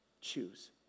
choose